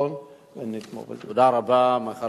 אנחנו כבר היום נמצאים בדור רביעי,